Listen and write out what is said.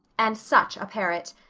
and such a parrot!